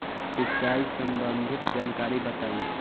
सिंचाई संबंधित जानकारी बताई?